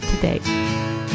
today